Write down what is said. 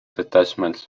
detachments